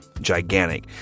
gigantic